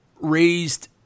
raised